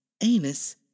anus